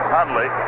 Hundley